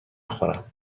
خورم